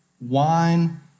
Wine